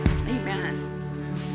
Amen